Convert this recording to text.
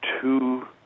two